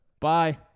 Bye